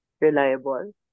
reliable